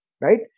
right